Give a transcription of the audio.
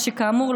שכאמור,